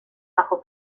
bajo